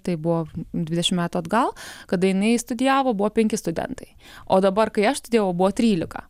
tai buvo dvidešimt metų atgal kada jinai studijavo buvo penki studentai o dabar kai aš studijavau buvo trylika